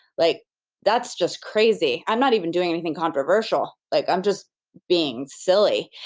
like that's just crazy. i'm not even doing anything controversial, like i'm just being silly.